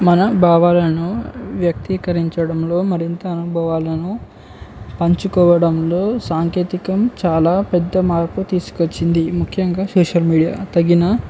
మన భావాలను వ్యక్తీకరించడంలో మరింత అనుభవాలను పంచుకోవడంలో సాంకేతికం చాలా పెద్ద మార్పు తీసుకొచ్చింది ముఖ్యంగా సోషల్ మీడియా తగిన